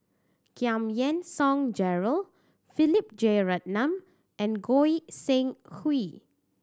Giam Yean Song Gerald Philip Jeyaretnam and Goi Seng Hui